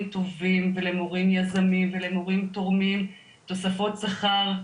טובים ולמורים יזמים ולמורים תורמים תוספות שכר,